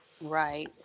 Right